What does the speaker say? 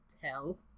tell